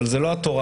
אבל זו לא התורה.